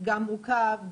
גם מורכב,